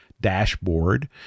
dashboard